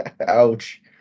Ouch